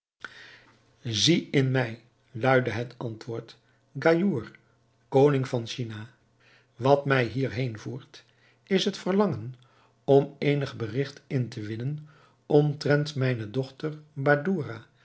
zie in mij luidde het antwoord gaïour koning van china wat mij hier heenvoert is het verlangen om eenig berigt in te winnen omtrent mijne dochter